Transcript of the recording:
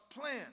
plan